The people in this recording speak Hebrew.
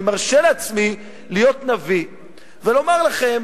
אני מרשה לעצמי להיות נביא ולומר לכם,